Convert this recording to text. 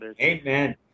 Amen